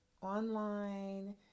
online